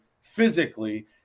physically